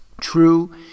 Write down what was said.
true